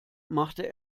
machte